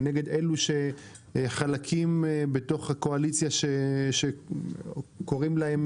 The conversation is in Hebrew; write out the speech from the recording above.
כנגד אלה שחלקים בתוך הקואליציה שקוראים להם